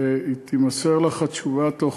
ותימסר לך התשובה בתוך,